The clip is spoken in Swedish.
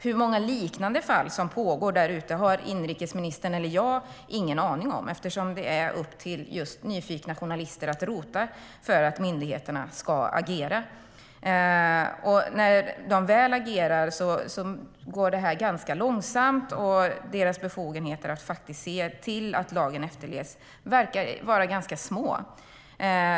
Hur många liknande fall som pågår där ute har inrikesministern och jag ingen aning om eftersom det är upp till just nyfikna journalister att rota för att myndigheterna ska agera. När de väl agerar går detta ganska långsamt, och deras befogenheter att faktiskt se till att lagen efterlevs verkar vara ganska små.